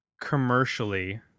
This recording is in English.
commercially